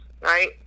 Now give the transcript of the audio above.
right